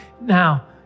now